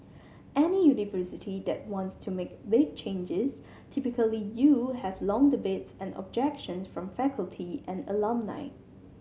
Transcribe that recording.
any university that wants to make big changes typically you have long debates and objections from faculty and alumni